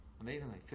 amazingly